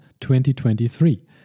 2023